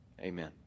Amen